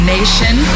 Nation